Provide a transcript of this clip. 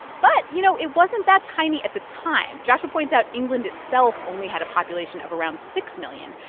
but, you know, it wasn't that tiny at the time. joshua points out england itself only had a population of around six million,